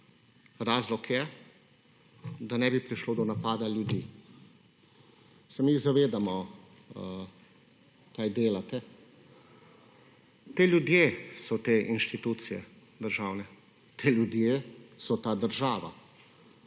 razlog je, da ne bi prišlo do napada ljudi. Se mi zavedamo kaj delate. Ti ljudje so te inštitucije, državne. Ti ljudje so ta država,